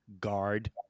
Guard